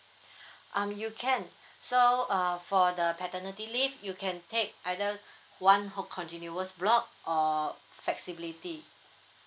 um you can so uh for the paternity leave you can take either one whole continuous block or flexibility